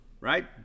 right